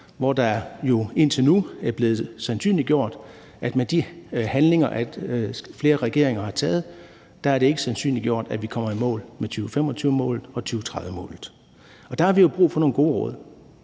hvor det jo indtil nu er blevet sandsynliggjort, at med de handlinger, flere regeringer har taget, er det ikke sandsynligt, at vi kommer i mål med 2025-målet og 2030-målet. Og der har vi jo brug for nogle gode råd.